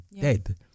dead